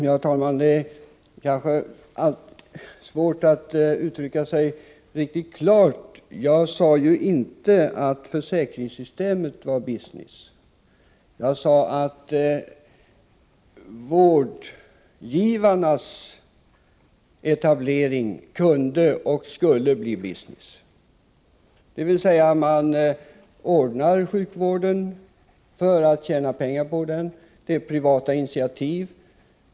Herr talman! Det kan vara svårt att uttrycka sig riktigt klart. Jag sade inte att försäkringssystemet är business, utan jag sade att vårdgivarnas etablering kunde och skulle bli business, dvs. privata initiativ ordnar sjukvården för att tjäna pengar på den.